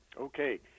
Okay